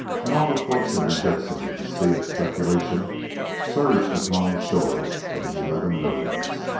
and all the flotsam and jetsam of the sea of speculation surged upon the shores of his eleven millions.